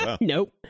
Nope